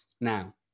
Now